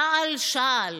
שעל-שעל,